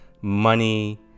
money